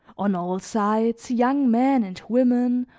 on all sides young men and women,